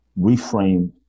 reframe